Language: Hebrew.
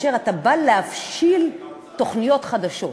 כאשר אתה בא להבשיל תוכניות חדשות,